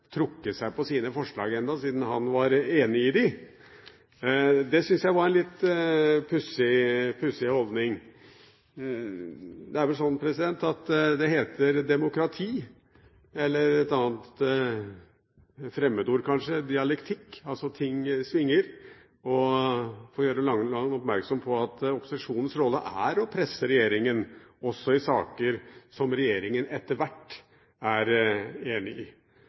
trukket seg på sine forslag ennå siden han var enig i dem. Det syns jeg var en litt pussig holdning. Det er vel sånn at det heter demokrati, eller et annet fremmedord er kanskje dialektikk – altså ting svinger. Jeg får gjøre Langeland oppmerksom på at opposisjonens rolle er å presse regjeringen også i saker som regjeringen etter hvert er enig i.